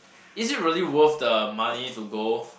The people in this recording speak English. is it really worth the money to go